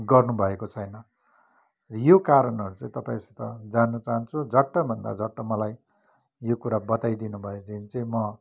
गर्नु भएको छैन यो कारणहरू चाहिँ तपाईँसित जान्नु चहान्छु झट्टभन्दा झट्ट मलाई यो कुरा बताइदिनु भयो भने चाहिँ म